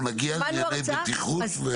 אנחנו נגיע לענייני בטיחות וקרקע.